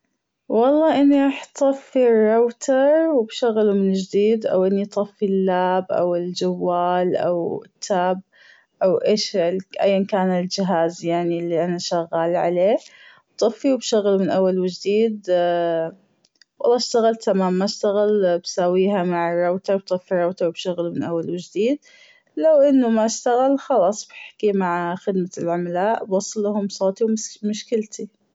والله أني راح طفي الراوتر وبشغله من جديد أو اني طفي اللاب أو الجوال أو التاب او ايش أيا كان الجهاز يعني اللي أنا شغاله عليه بطفيه وبشغله من اول وجديد والله أشتغل تمام ما اشتغل بسويها مع الراوتر بطفي الراوتر وبشغله من أول وجديد لو انه ما اشتغل خلاص بحكي مع خدمة العملاء وبوصلهم صوتي ومشكلتي.